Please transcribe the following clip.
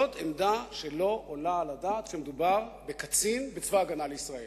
זאת עמדה שלא עולה על הדעת כשמדובר בקצין בצבא-הגנה לישראל.